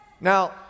Now